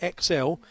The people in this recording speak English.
XL